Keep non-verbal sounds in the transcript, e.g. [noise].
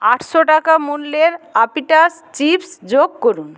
আটশো টাকা মূল্যের [unintelligible] চিপস যোগ করুন